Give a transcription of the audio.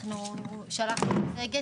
שלחנו מצגת